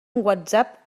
whatsapp